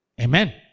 Amen